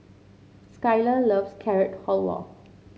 Skyler loves Carrot Halwa